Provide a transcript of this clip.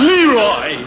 Leroy